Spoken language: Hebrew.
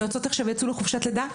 יועצות עכשיו יצאו לחופשת לידה,